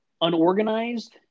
unorganized